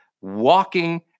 walking